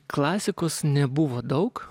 klasikos nebuvo daug